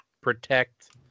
protect